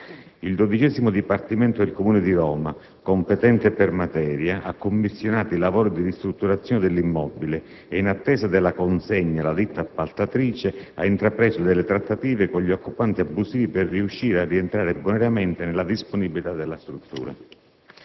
Il XII dipartimento del Comune di Roma, competente per materia, ha commissionato i lavori di ristrutturazione dell'immobile e, in attesa della consegna alla ditta appaltatrice, ha intrapreso delle trattative con gli occupanti abusivi per riuscire a rientrare bonariamente nella disponibilità della struttura.